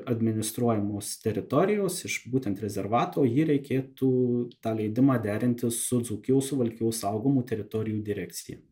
administruojamos teritorijos iš būtent rezervato jį reikėtų tą leidimą derinti su dzūkijos suvalkijos saugomų teritorijų direkcija